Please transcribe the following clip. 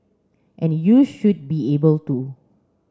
and you should be able to